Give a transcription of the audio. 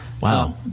Wow